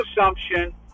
assumption